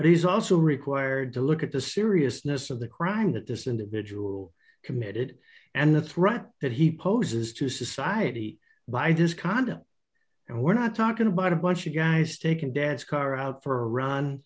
but he's also required to look at the seriousness of the crime that this individual committed and the threat that he poses to society by this conduct and we're not talking about a bunch of guys taking deaths car out for a run